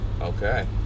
Okay